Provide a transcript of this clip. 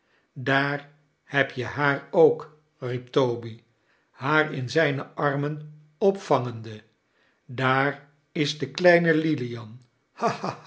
daar heb je haar ook riep toby haar in zijne armen opvangende daar is de kleine lilian